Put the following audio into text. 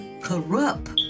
corrupt